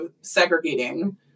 segregating